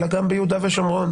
אלא גם ביהודה ושומרון,